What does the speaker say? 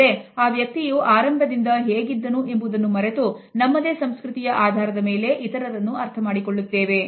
ಅಲ್ಲದೆ ಆ ವ್ಯಕ್ತಿಯು ಆರಂಭದಿಂದ ಹೇಗಿದ್ದವು ಎಂಬುದನ್ನು ಮರೆತು ನಮ್ಮದೇ ಸಂಸ್ಕೃತಿಯಆಧಾರದ ಮೇಲೆ ಇತರರನ್ನು ಅರ್ಥಮಾಡಿಕೊಳ್ಳುತ್ತೇವೆ